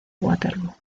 waterloo